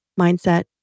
mindset